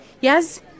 Yes